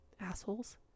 assholes